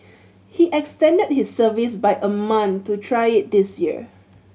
he extended his service by a month to try it this year